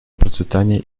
процветания